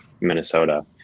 minnesota